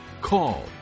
call